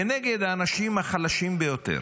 כנגד האנשים החלשים ביותר.